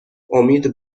امید